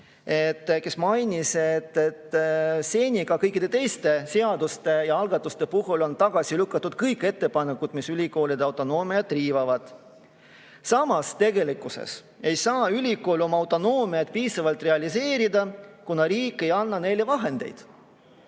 Ta mainis, et seni ka kõikide teiste seaduste ja algatuste puhul on tagasi lükatud kõik ettepanekud, mis ülikoolide autonoomiat riivavad. Samas tegelikkuses ei saa ülikoolid oma autonoomiat piisavalt realiseerida, kuna riik ei anna neile vahendeid.